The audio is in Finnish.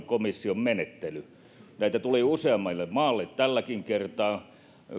komission menettely näitä tuli useammalle maalle tälläkin kertaa